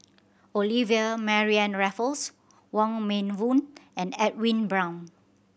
Olivia Mariamne Raffles Wong Meng Voon and Edwin Brown